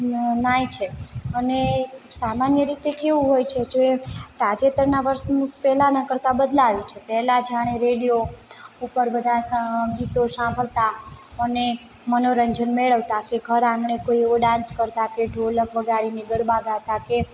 અ નહાય છે અને સામાન્ય રીતે કેવું હોય છે જે તાજેતરનાં વર્ષનું પહેલાંના કરતા બદલાયું છે પહેલા જાણે રેડિયો ઉપર બધા સ ગીતો સાંભળતા અને મનોરંજન મેળવતા કે ઘર આંગણે કોઇ એવો ડાન્સ કરતા કે ઢોલક વગાડીને ગરબા ગાતા કે